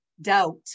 doubt